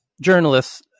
journalists